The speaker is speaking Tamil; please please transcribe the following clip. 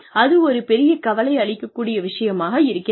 அது ஒரு பெரிய கவலை அளிக்கக்கூடிய விஷயமாக இருக்கிறது